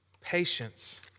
patience